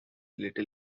little